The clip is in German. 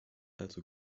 also